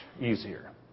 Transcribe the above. easier